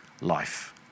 life